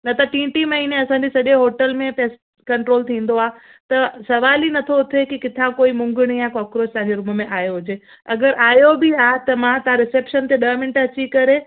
न त टीं टीं महीने असांजे सॼे होटल में पेस्ट कंट्रोल थींदो आहे त सुवाल ई नथो उथे किथां कोई मुंगुणु या कोक्रोच तव्हांजे रूम में आयो हुजे अगरि आयो बि आहे त मां तव्हां रिसेप्शन ते ॾह मिन्ट अची करे